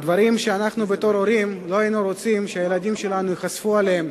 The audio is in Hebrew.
דברים שאנחנו בתור הורים לא היינו רוצים שהילדים שלנו ייחשפו אליהם